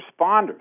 responders